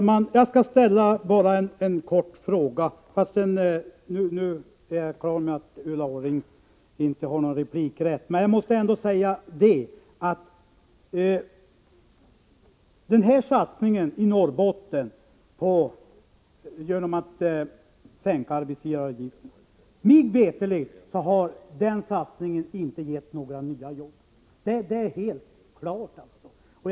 Herr talman! Ulla Orring har inte någon replikrätt kvar och kan inte svara mig, men jag måste ändå säga att denna satsning i Norrbotten genom att sänka arbetsgivaravgiften mig veterligt inte har gett några nya jobb. Det är helt klart.